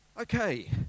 Okay